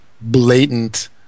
blatant